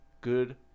Good